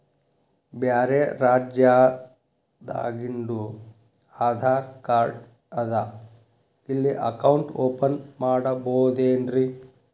ಬ್ಯಾರೆ ರಾಜ್ಯಾದಾಗಿಂದು ಆಧಾರ್ ಕಾರ್ಡ್ ಅದಾ ಇಲ್ಲಿ ಅಕೌಂಟ್ ಓಪನ್ ಮಾಡಬೋದೇನ್ರಿ?